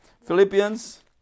Philippians